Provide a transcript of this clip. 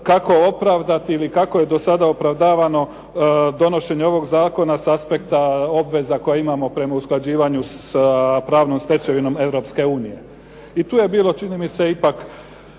kako opravdati ili kako je do sada opravdavano donošenje ovog zakona s aspekta obveza koje imamo prema usklađivanju sa pravnom stečevinom Europske unije i tu je bilo čini mi se ipak